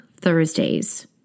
Thursdays